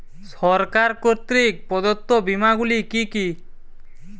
সরকার কর্তৃক প্রদত্ত বিমা গুলি কি কি?